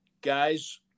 guys